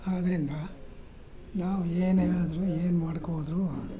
ಆದ್ದರಿಂದ ನಾವು ಏನು ಹೇಳಿದ್ರು ಏನು ಮಾಡ್ಕೋದ್ರು